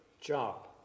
job